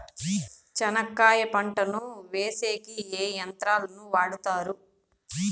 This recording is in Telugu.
చెనక్కాయ పంటను వేసేకి ఏ యంత్రాలు ను వాడుతారు?